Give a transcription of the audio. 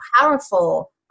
powerful